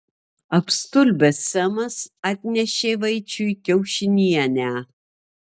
apstulbęs semas atnešė vaičiui kiaušinienę